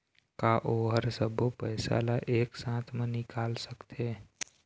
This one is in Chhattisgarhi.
का ओ हर सब्बो पैसा ला एक साथ म निकल सकथे?